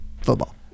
football